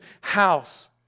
house